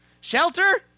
Shelter